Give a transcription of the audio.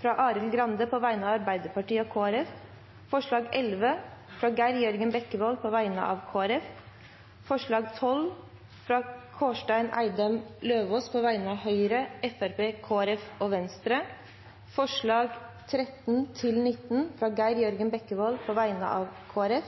fra Arild Grande på vegne av Arbeiderpartiet og Kristelig Folkeparti forslag nr. 11, fra Geir Jørgen Bekkevold på vegne av Kristelig Folkeparti forslag nr. 12, fra Kårstein Eidem Løvaas på vegne av Høyre, Fremskrittspartiet, Kristelig Folkeparti og Venstre forslagene nr. 13–19, fra Geir Jørgen Bekkevold på vegne av Kristelig